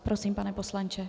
Prosím, pane poslanče.